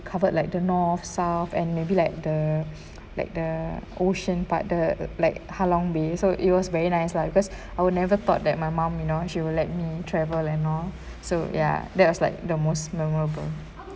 covered like the north south and maybe like the like the ocean part the like halong bay so it was very nice lah because I would never thought that my mom you know she will let me travel and all so ya that was like the most memorable